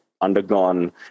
undergone